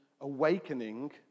awakening